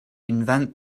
invent